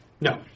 no